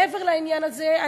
מעבר לעניין הזה,